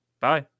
Bye